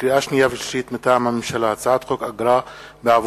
לקריאה שנייה ולקריאה שלישית: הצעת חוק אגרה עבור